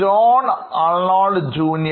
John Arnold Jr